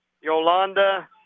Yolanda